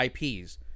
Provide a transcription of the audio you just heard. IPs